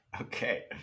Okay